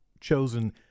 chosen